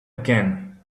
again